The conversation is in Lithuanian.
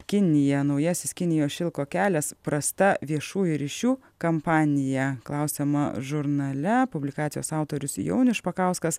kinija naujasis kinijos šilko kelias prasta viešųjų ryšių kampanija klausiama žurnale publikacijos autorius jaunius špakauskas